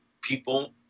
people